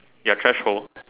your threshold